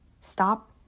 Stop